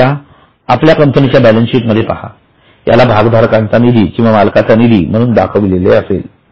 कृपया आपल्या कंपनीच्या बॅलन्सशीट मध्ये पहा याला भागधारकांच्या निधी किंवा मालकाचा निधी म्हणून दाखविलेले असेल